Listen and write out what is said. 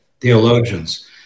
theologians